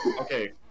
okay